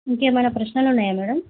ఇంకేమన్నా ప్రశ్నలు ఉన్నాయా మేడం